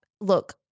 look